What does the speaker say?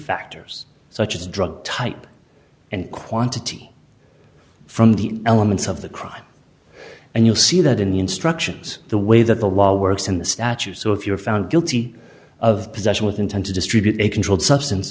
factors such as drug type and quantity from the elements of the crime and you'll see that in the instructions the way that the law works in the statute so if you're found guilty of possession with intent to distribute a controlled substance